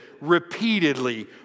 repeatedly